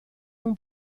non